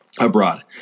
abroad